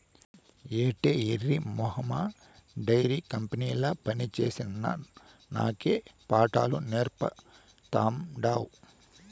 ఏటే ఎర్రి మొహమా డైరీ కంపెనీల పనిచేసిన నాకే పాఠాలు నేర్పతాండావ్